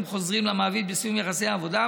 חוזרים למעביד בסיום יחסי העבודה,